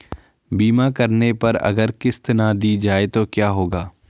बीमा करने पर अगर किश्त ना दी जाये तो क्या होगा?